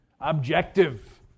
objective